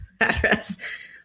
address